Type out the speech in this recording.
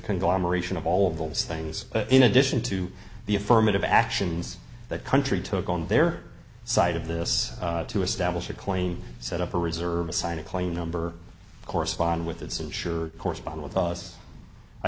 conglomeration of all of those things in addition to the affirmative actions that country took on their side of this to establish a claim set up a reserve assign a claim number correspond with its insured correspond with us i